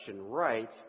right